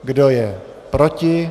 Kdo je proti?